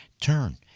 turn